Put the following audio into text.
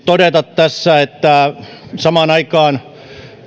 todeta tässä että samaan aikaan